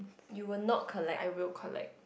I will collect